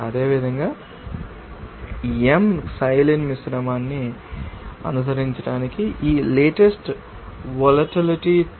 అదేవిధంగా m Xylene మిశ్రమాన్ని అనుసరించడానికి ఈ లేటెస్ట్ వొలటిలిటీ 2